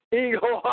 eagle